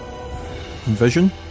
Vision